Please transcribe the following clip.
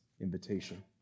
invitation